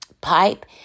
pipe